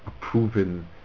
proven